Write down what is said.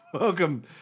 Welcome